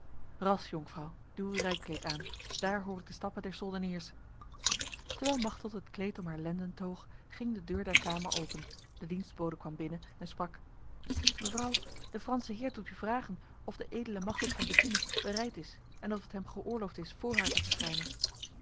ras jonkvrouw doe uw rijkleed aan daar hoor ik de stappen der soldeniers terwijl machteld het kleed om haar lenden toog ging de deur der kamer open de dienstbode kwam binnen en sprak mevrouw de franse heer doet u vragen of de edele machteld van bethune bereid is en of het hem geoorloofd is voor haar te verschijnen